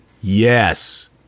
Yes